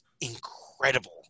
incredible